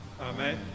Amen